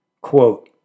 Quote